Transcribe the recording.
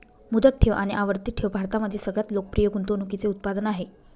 मुदत ठेव आणि आवर्ती ठेव भारतामध्ये सगळ्यात लोकप्रिय गुंतवणूकीचे उत्पादन आहे